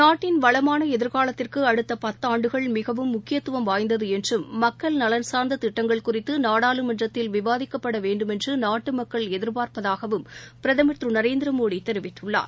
நாட்டின் வளமானஎதிர்காலத்திற்குஅடுத்தபத்தாண்டுகள் மிகவும் முக்கியத்துவம் வாய்ந்ததுஎன்றும் மக்கள் நலன் சார்ந்ததிட்டங்கள் குறித்துநாடாளுமன்றத்தில் விவாதிக்கப்படவேண்டுமென்றுநாட்டுமக்கள் எதிர்பார்ப்பதாகவும் பிரதமர் திருநரேந்திரமோடிதெரிவித்துள்ளார்